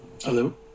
hello